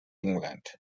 england